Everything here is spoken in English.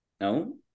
No